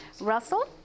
Russell